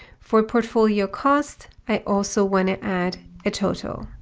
for portfolio cost, i also want to add a total.